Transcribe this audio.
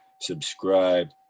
Subscribe